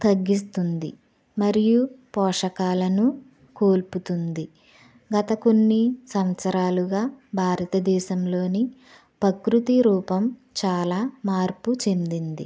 తగ్గిస్తుంది మరియు పోషకాలను కోల్పోతుంది గత కొన్ని సంవత్సరాలుగా భారత దేశంలోని పకృతి రూపం చాలా మార్పు చెందింది